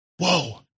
whoa